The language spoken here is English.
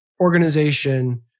organization